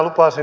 sanoin